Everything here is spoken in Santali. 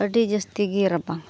ᱟᱹᱰᱤ ᱡᱟᱹᱥᱛᱤᱜᱮ ᱨᱟᱵᱟᱝᱼᱟ